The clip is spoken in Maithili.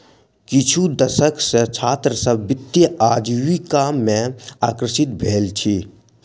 किछु दशक सॅ छात्र सभ वित्तीय आजीविका में आकर्षित भेल अछि